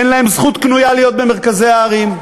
אין להם זכות קנויה להיות במרכזי הערים.